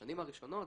בשנים הראשונות,